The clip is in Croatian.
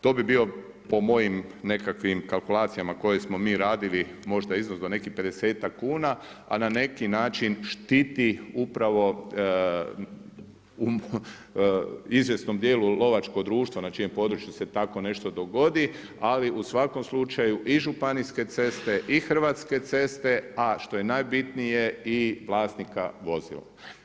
To bi bio po mojim nekakvim kalkulacijama koje smo mi radili možda izuzev nekih 50-tak kuna, a na neki način štiti upravo u izvjesnom dijelu lovačko društvo na čijem području se tako nešto dogodi, ali u svakom slučaju i županijske ceste i hrvatske ceste, a što je najbitnije i vlasnika vozila.